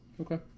Okay